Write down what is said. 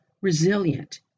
resilient